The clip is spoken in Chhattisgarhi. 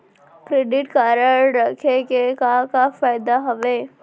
क्रेडिट कारड रखे के का का फायदा हवे?